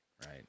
right